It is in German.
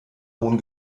hohen